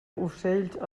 ocells